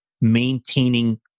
maintaining